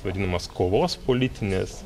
vadinamas kovos politinės